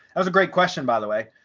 that was a great question. by the way,